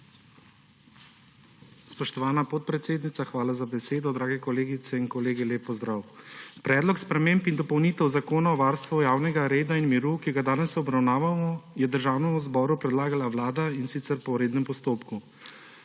Spoštovana podpredsednica, hvala za besedo. Dragi kolegice in kolegi, lep pozdrav! Predlog sprememb in dopolnitev Zakona o varstvu javnega reda in miru, ki ga danes obravnavamo, je Državnemu zboru predlagala Vlada, in sicer po rednem postopku.